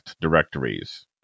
directories